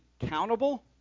accountable